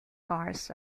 cars